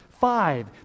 five